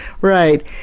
Right